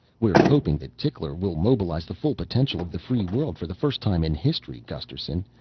we're hoping that tickler will mobilize the full potential of the free world for the first time in history. gusterson,